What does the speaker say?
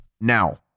now